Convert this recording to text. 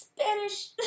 Spanish